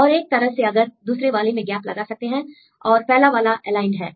और एक तरह से अगर दूसरे वाले में गैप लगा सकते हैं और पहला वाला एलाइंड है